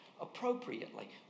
appropriately